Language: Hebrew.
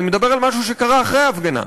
אני מדבר על משהו שקרה אחרי ההפגנה.